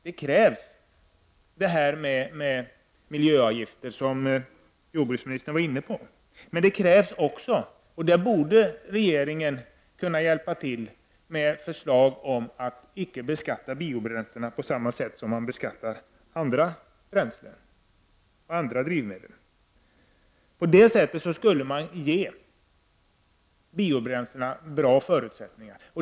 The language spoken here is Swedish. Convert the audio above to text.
Det krävs miljöavgifter, som jordbruksministern var inne på, men det krävs också — och det borde regeringen kunna hjälpa till med förslag om — att man inte beskattar biobränslena på samma sätt som man beskattar andra bränslen och drivmedel. På det sättet skulle man kunna ge biobränslena bra förutsättningar.